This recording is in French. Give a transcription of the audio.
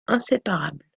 inséparables